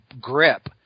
grip